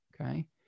okay